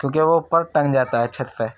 کیونکہ وہ اوپر ٹنگ جاتا ہے چھت پہ